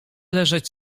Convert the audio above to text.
leżeć